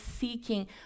seeking